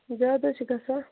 زیادٕ حظ چھِ گژھان